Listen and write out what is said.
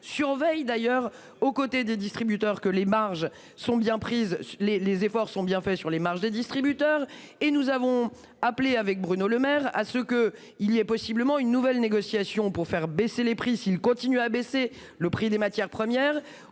surveille d'ailleurs aux côtés des distributeurs que les marges sont bien prises les les efforts sont bien faits sur les marges des distributeurs et nous avons appelé avec Bruno Lemaire à ce que il y ait possiblement une nouvelle négociation pour faire baisser les prix. S'il continue à baisser le prix des matières premières